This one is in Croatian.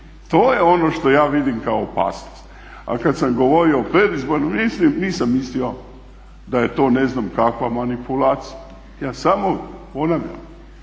To je ono što ja vidim kao opasnost. A kada sam govorio o predizbornom, nisam mislio da je to ne znam kakva manipulacija. Ja samo ponavljam,